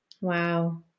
Wow